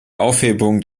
aufhebung